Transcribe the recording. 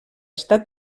està